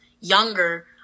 younger